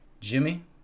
Jimmy